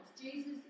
Jesus